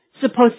supposed